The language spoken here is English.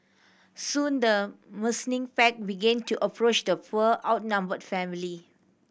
soon the menacing pack began to approach the poor outnumbered family